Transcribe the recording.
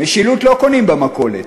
משילות לא קונים במכולת.